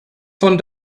von